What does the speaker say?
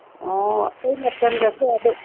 ꯑꯣ ꯑꯩꯇꯩ ꯃꯇꯝꯗꯁꯨ ꯑꯗꯨꯝ